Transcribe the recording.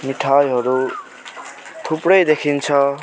मिठाईहरू थुप्रै देखिन्छ